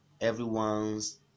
everyone's